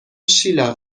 شیلا